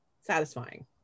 satisfying